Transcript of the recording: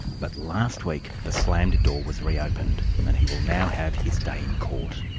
but last week, the slammed door was reopened, and he will now have his day in court.